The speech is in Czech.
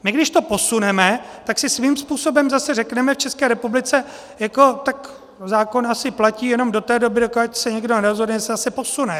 My když to posuneme, tak si svým způsobem zase řekneme v České republice: No tak zákon asi platí jenom do té doby, dokud se někdo nerozhodne, že se zase posune.